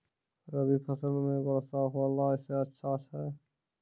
रवी फसल म वर्षा होला से अच्छा छै?